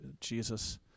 Jesus